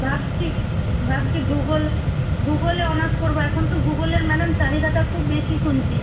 ভাবছি ভাবছি ভূগোল ভূগোলে অনার্স করব এখন তো ভূগোলের ম্যাডাম চাহিদাটা খুব বেশি শুনছি